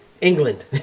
England